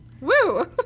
Woo